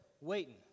waiting